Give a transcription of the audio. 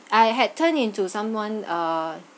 I had turned into someone uh